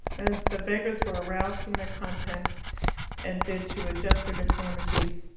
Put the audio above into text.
and the beggars were aroused from their content and bid to adjust their deformities